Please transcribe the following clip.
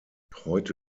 heute